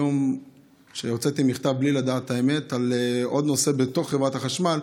היום הוצאתי מכתב על עוד נושא בתוך חברת החשמל.